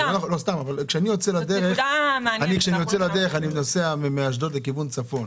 כשאני יוצא לדרך, אני נוסע מאשדוד לכיוון צפון,